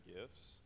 gifts